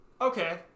Okay